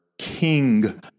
King